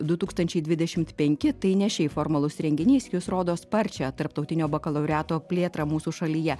du tūkstančiai dvidešimt penki tai ne šiaip formalus renginys jis rodo sparčią tarptautinio bakalaureato plėtrą mūsų šalyje